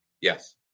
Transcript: yes